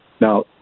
Now